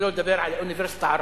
שלא לדבר על אוניברסיטה ערבית.